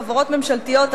חברות ממשלתיות,